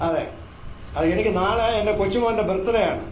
അതെ അത് എനിക്ക് നാളെ എൻ്റെ കൊച്ചുമകന്റെ ബർത്ത് ഡേയാണ്